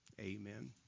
Amen